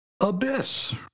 Abyss